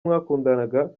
mwakundanaga